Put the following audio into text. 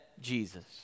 Jesus